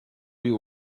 you